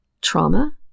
trauma